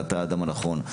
ואתה האדם הנכון.